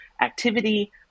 activity